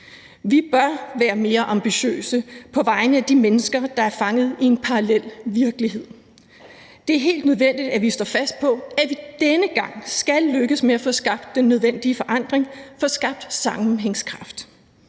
Vi bør være mere ambitiøse på vegne af de mennesker, der er fanget i en parallel virkelighed. Det er helt nødvendigt, at vi står fast på, at vi denne gang skal lykkes med at få skabt den nødvendige forandring, få skabt sammenhængskraft.